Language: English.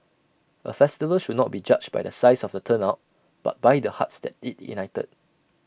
A festival should not be judged by the size of the turnout but by the hearts that IT ignited